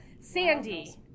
Sandy